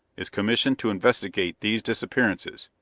is commissioned to investigate these disappearances.